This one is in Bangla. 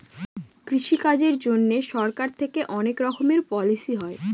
কৃষি কাজের জন্যে সরকার থেকে অনেক রকমের পলিসি হয়